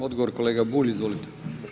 Odgovor kolega Bulj, izvolite.